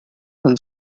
tan